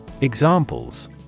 Examples